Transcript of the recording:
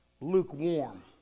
lukewarm